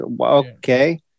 okay